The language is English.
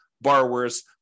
borrowers